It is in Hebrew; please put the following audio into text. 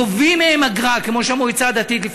גובים מהם אגרה כמו שהמועצה הדתית גובה,